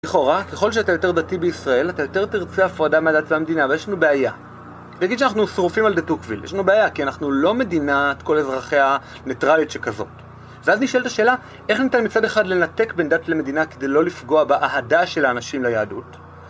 לכאורה, ככל שאתה יותר דתי בישראל, אתה יותר תרצה הפרדה מהדת והמדינה, אבל יש לנו בעיה. נגיד שאנחנו שרופים על דה טוקוויל. יש לנו בעיה, כי אנחנו לא מדינת כל אזרחי הניטרלית שכזאת. ואז נשאלת השאלה, איך ניתן מצד אחד לנתק בין דת למדינה כדי לא לפגוע באהדה של האנשים ליהדות?